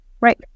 Right